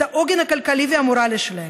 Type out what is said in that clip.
את העוגן הכלכלי והמורלי שלהם.